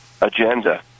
agenda